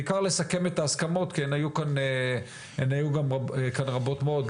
בעיקר לסכם את ההסכמות כי הן היו כאן רבות מאוד,